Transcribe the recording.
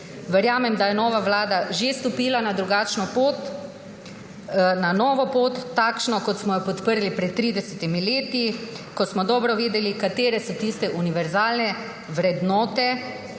Verjamem, da je nova vlada že stopila na drugačno pot, na novo pot, takšno, kot smo jo podprli pred 30 leti, ko smo dobro vedeli, katere so tiste univerzalne vrednote,